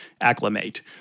acclimate